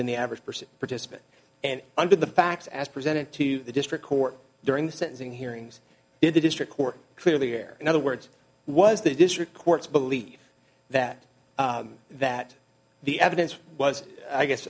than the average person participant and under the facts as presented to the district court during the sentencing hearings in the district court clearly there in other words was the district courts believe that that the evidence was i guess